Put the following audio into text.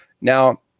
now